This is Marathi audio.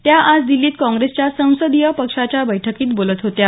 त्या आज दिल्लीत काँग्रेसच्या संसदीय पक्षाच्या बैठकीत बोलत होत्या